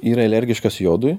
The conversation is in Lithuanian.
yra alergiškas jodui